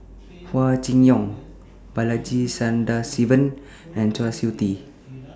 Hua Chai Yong Balaji Sadasivan and Kwa Siew Tee